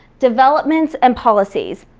developments, and policies.